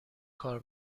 کار